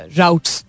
routes